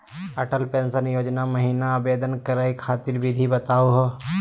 Atal pension योजना महिना आवेदन करै खातिर विधि बताहु हो?